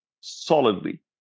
solidly